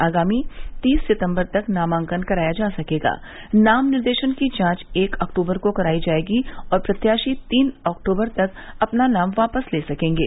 आगामी तीस सितम्बर तक नामांकन कराया जा सकेगा नाम निर्देशन की जांच एक अक्टूबर को की जायेगी और प्रत्याशी तीन अक्टूबर तक अपने नाम वापस ले सकेंगे